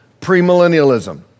premillennialism